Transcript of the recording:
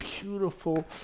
beautiful